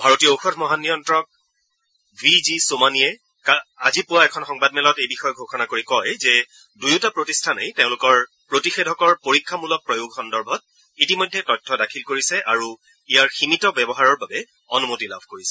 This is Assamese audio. ভাৰতীয় ঔষধ মহানিয়ন্ত্ৰক ভি জি ছোমানিয়ে আজি পুৱা এখন সংবাদমেলত এই বিষয়ে ঘোষণা কৰি কয় যে দূয়োটা প্ৰতিষ্ঠানেই তেওঁলোকৰ প্ৰতিষেধকৰ পৰীক্ষামূলক প্ৰয়োগ সন্দৰ্ভত ইতিমধ্যে তথ্য দাখিল কৰিছে আৰু ইয়াৰ সীমিত ব্যৱহাৰৰ বাবে অনুমতি লাভ কৰিছে